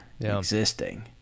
existing